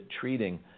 treating